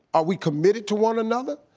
are we committed to one another?